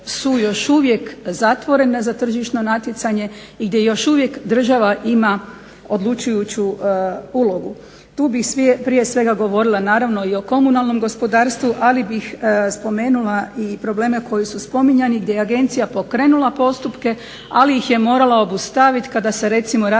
su još uvijek zatvorene za tržišno natjecanje i gdje još uvijek država ima odlučujuću ulogu. Tu bih prije svega govorila naravno i o komunalnom gospodarstvu, ali bih spomenula i probleme koji su spominjani gdje je agencija pokrenula postupke ali ih je morala obustaviti kada se recimo radi